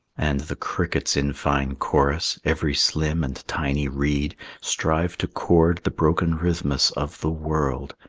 and the crickets in fine chorus every slim and tiny reed strive to chord the broken rhythmus of the world,